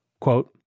Quote